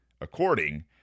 According